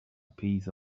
piece